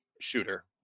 shooter